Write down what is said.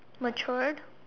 matured